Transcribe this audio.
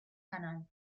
canal